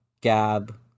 Gab